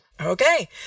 Okay